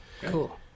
Cool